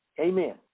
Amen